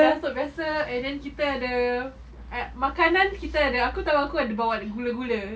kasut biasa and then kita ada makanan kita ada aku tahu aku ada bawa gula-gula